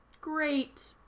Great